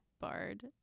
bard